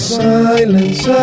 silence